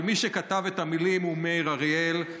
אבל מי שכתב את המילים הוא מאיר אריאל,